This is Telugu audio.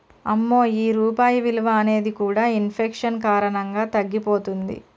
అమ్మో ఈ రూపాయి విలువ అనేది కూడా ఇన్ఫెక్షన్ కారణంగా తగ్గిపోతుంది